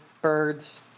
birds